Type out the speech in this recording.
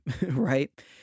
right